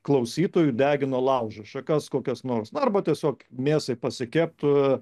klausytojų degina laužą šakas kokias nors na arba tiesiog mėsai pasikept